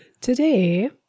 Today